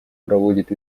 проводит